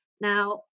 Now